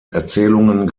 erzählungen